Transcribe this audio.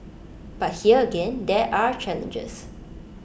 but here again there are challenges